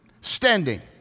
standing